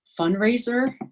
fundraiser